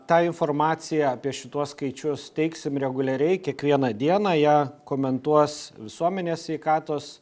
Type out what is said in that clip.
tą informaciją apie šituos skaičius teiksim reguliariai kiekvieną dieną ją komentuos visuomenės sveikatos